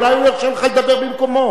אולי הוא ירשה לך לדבר במקומו.